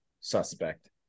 suspect